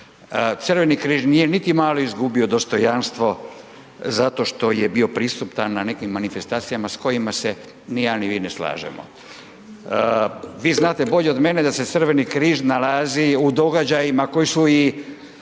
crveni križ nije niti malo izgubio dostojanstvo zato što je bio prisutan na nekim manifestacijama s kojima se ni ja ni vi ne slažemo. Vi znate bolje od mene da se Crveni križ nalazi u događajima koji su i